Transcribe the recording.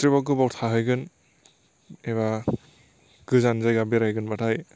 trip आव गोबाव थाहैगोन एबा गोजान जायगा बेरायगोनबाथाय